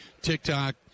TikTok